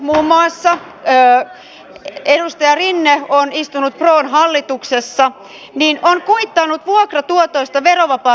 ammattiliitot muun muassa edustaja rinne on istunut pron hallituksessa ovat kuitanneet vuokratuotoista verovapaat osingot